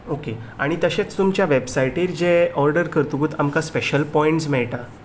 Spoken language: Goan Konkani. ओके तशेंच तुमच्या वेबसायटीचेर ऑर्डर करतकूच आमकां स्पेशल पोयंट्स मेळटात